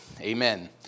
Amen